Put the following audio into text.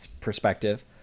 perspective